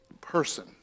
person